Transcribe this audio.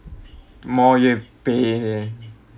more you've pay yeah